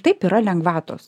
taip yra lengvatos